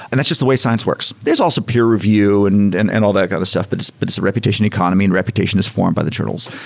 and that's just the way science works. there's also peer review and and and all that kind of stuff, but it's but it's a reputation economy and reputation is formed by the journals.